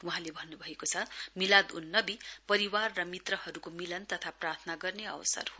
वहाँले भन्नुभएको छ मिलाद उन नवी परिवार र मित्रहरुको मिलन तथा प्रार्थना गर्ने अवसर हो